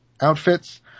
outfits